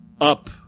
up